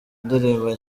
indirimbo